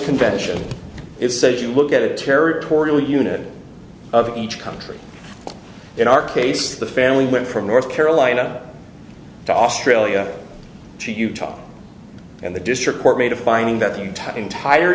convention it says you look at a territorial unit of each country in our case the family went from north carolina to australia to utah and the district court made a finding that the entire